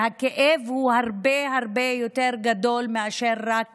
והכאב הוא הרבה הרבה יותר גדול מאשר רק